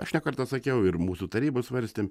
aš ne kartą sakiau ir mūsų taryba svarstėm